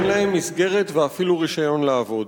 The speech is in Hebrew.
אין להם מסגרת, ואפילו רשיון לעבוד.